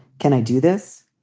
can i do this?